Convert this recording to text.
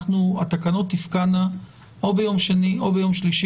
התקנות תפקענה או ביום שני או ביום שלישי